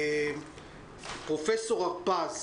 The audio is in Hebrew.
פרופ' הרפז